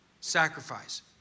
sacrifice